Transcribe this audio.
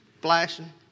flashing